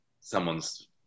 someone's